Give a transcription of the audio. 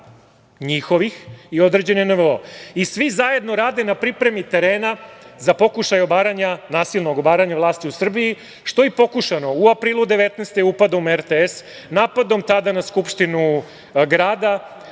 njihovih i određene NVO. Svi zajedno rade na pripremi terena za pokušaj nasilnog obaranja vlasti u Srbiji, što je i pokušano u aprilu 2019. godine upadom u RTS, napadom tada na Skupštinu grada,